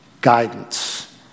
guidance